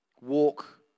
Walk